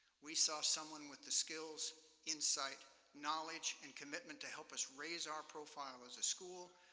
we saw someone with the skills, insight, knowledge, and commitment to help us raise our profile as a school,